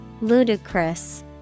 Ludicrous